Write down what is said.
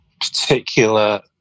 particular